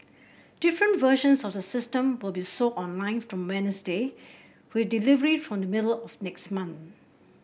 different versions of the system will be sold online from Wednesday with delivery from the middle of next month